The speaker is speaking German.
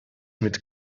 mit